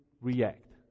react